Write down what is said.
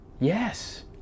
yes